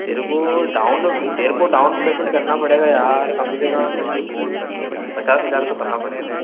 तेरे को डाउन तेरे को डाउन पेमेंट करना पड़ेगा यार कम से कम पचास हजार तो करना पड़ेगा